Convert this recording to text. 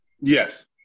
Yes